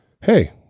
hey